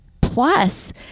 plus